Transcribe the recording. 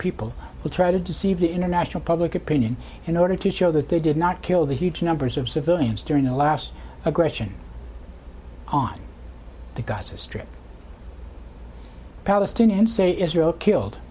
people who try to deceive the international public opinion in order to show that they did not kill the huge numbers of civilians during the last aggression on the gaza strip palestinians say israel killed